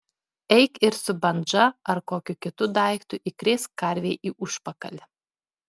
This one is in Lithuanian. eik ir su bandža ar kokiu kitu daiktu įkrėsk karvei į užpakalį